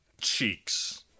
Cheeks